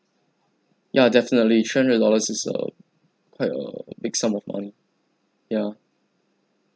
ya definitely three hundred dollars is a quite a big sum of money ya